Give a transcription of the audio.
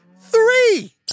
three